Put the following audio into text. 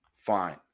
Fine